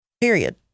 Period